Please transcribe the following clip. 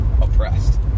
oppressed